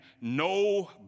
no